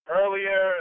earlier